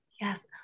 Yes